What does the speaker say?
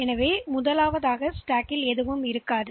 எனவே எனவே ஆரம்பத்தில் அடுக்கில் எதுவும் இல்லை